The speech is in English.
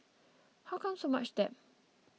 how come so much debt